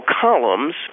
columns